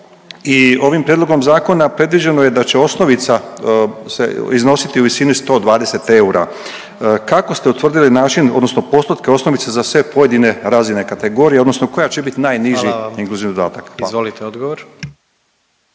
i ovim prijedlogom zakona predviđeno je da će osnovica se iznositi u visini 120 eura. Kako ste utvrdili način odnosno postotke osnovice za sve pojedine razine kategorije odnosno koja će bit najniži …/Upadica predsjednik: